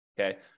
okay